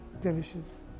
delicious